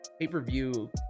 pay-per-view